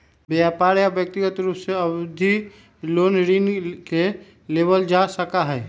व्यापार या व्यक्रिगत रूप से अवधि लोन ऋण के लेबल जा सका हई